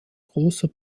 großer